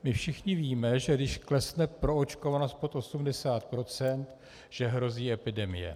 My všichni víme, že když klesne proočkovanost pod 80 %, hrozí epidemie.